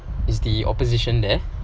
is the opposition there